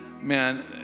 Man